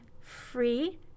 free